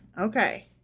Okay